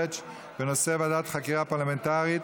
מערכה בין המערכות.